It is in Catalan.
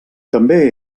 també